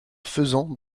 faisan